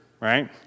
right